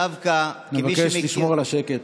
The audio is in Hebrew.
אבקש לשמור על השקט.